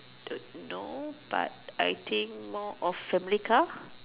no but I think more of family car